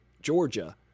Georgia